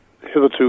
hitherto